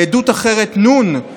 בעדות אחרת, נ' שיתף: